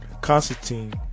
constantine